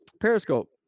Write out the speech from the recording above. Periscope